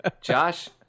Josh